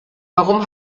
warum